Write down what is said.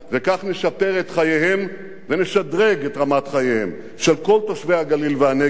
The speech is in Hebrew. וכך נשפר את חייהם ונשדרג את רמת חייהם של כל תושבי הגליל והנגב,